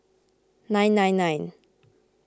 nine nine nine